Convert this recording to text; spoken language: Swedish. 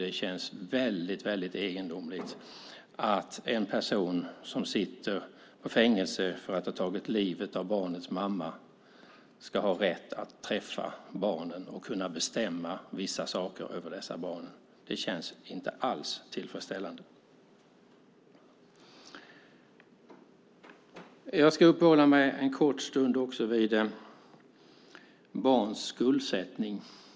Det känns mycket egendomligt att en person som sitter i fängelse för att ha tagit livet av barnens mamma ska ha rätt att träffa barnen och kunna bestämma vissa saker över dessa barn. Det känns inte alls tillfredsställande. Jag ska uppehålla mig en kort stund också vid barns skuldsättning.